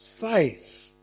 Faith